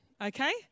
okay